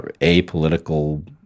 apolitical